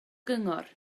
gyngor